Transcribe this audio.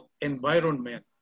environment